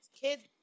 kids